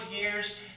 years